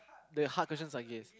the hard questions like this